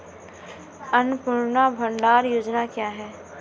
अन्नपूर्णा भंडार योजना क्या है?